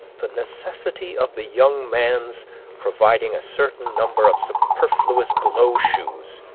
the necessity of the young man's providing a certain number of superfluous glow-shoes,